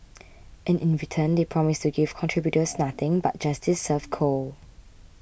and in return they promise to give contributors nothing but justice served cold